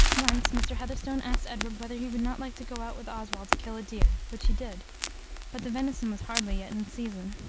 once mr. heatherstone asked edward whether he would not like to go out with oswald to kill a deer, which he did but the venison was hardly yet in season.